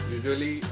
Usually